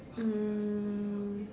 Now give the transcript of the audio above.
um